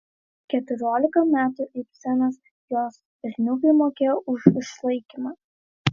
keturiolika metų ibsenas jos berniukui mokėjo už išlaikymą